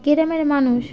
গ্রামের মানুষ